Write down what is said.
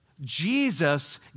Jesus